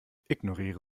ignoriere